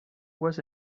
was